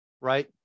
right